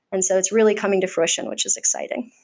and so it's really coming to fruition, which is exciting.